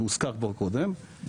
זה הוזכר כבר קודם,